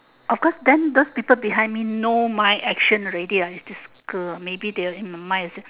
of course then those people behind me know my actions already ah it's this girl maybe they are in my mind also